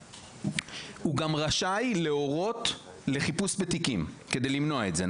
הוא גם רשאי להורות על חיפוש בתיקים כדי למנוע את זה,